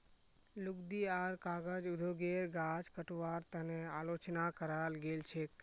लुगदी आर कागज उद्योगेर गाछ कटवार तने आलोचना कराल गेल छेक